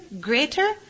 greater